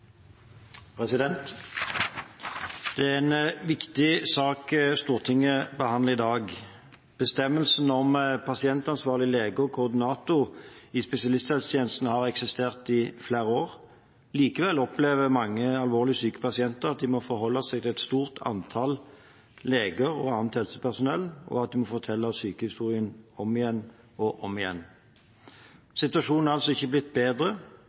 en viktig sak Stortinget behandler i dag. Bestemmelsen om pasientansvarlig lege og koordinator i spesialisthelsetjenesten har eksistert i flere år. Likevel opplever mange alvorlig syke pasienter at de må forholde seg til et stort antall leger og annet helsepersonell, og at de må fortelle sykehistorien sin om igjen og om igjen. Situasjonen er altså ikke blitt bedre.